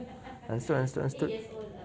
understood understood understood